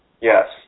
Yes